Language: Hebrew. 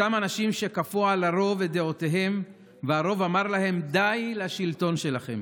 אותם אנשים שכפו על הרוב את דעותיהם והרוב אמר להם: די לשלטון שלכם,